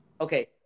Okay